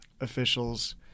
officials